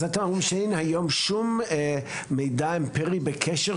אתם אומרים שאין היום שום מידע אמפירי בקשר